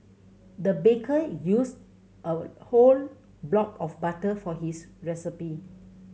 the baker used a whole block of butter for his recipe